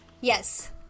Yes